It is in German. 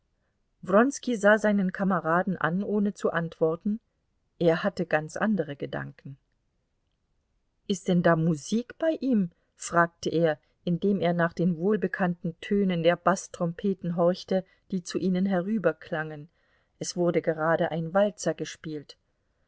sah seinen kameraden an ohne zu antworten er hatte ganz andere gedanken ist denn da musik bei ihm fragte er indem er nach den wohlbekannten tönen der baßtrompeten horchte die zu ihnen herüberklangen es wurde gerade ein walzer gespielt